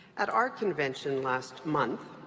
at our convention last month,